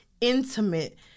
intimate